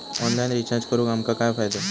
Online recharge करून आमका काय फायदो?